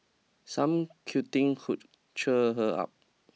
some cuddling could cheer her up